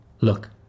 Look